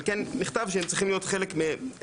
אבל כן נכתב שהם צריכים להיות חלק מקיצור